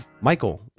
Michael